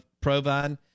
Provine